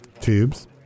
Tubes